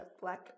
black